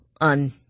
on